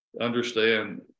understand